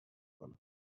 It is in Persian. کنند